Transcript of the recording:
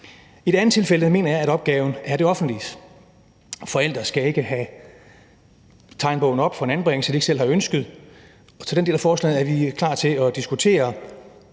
I det andet tilfælde mener jeg, at opgaven er det offentliges. Forældre skal ikke have tegnebogen op for en anbringelse, de ikke selv har ønsket. Den del af forslaget er vi klar til at diskutere,